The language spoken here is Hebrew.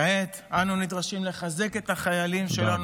כעת אנו נדרשים לחזק את החיילים שלנו,